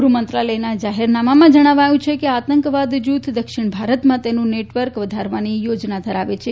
ગૃફમંત્રાલયના જાહેરનામામાં જણાવાયું છે કે આતંકવાદ જૂથ દક્ષિણ ભારતમાં તેનું નેટવર્ક વધારવાની યોજના ધરાવે છે